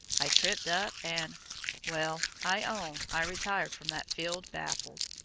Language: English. i tripped up and well, i own i retired from that field baffled.